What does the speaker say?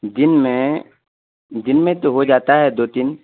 دن میں دن میں تو ہو جاتا ہے دو تین